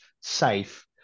safe